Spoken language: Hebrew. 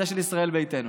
זה של ישראל ביתנו.